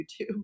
YouTube